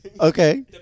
Okay